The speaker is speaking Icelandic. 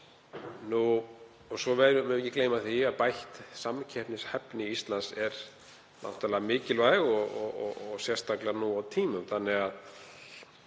Svo megum við ekki gleyma því að bætt samkeppnishæfni Íslands er náttúrlega mikilvæg og sérstaklega nú á tímum þegar